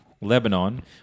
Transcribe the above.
Lebanon